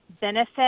benefit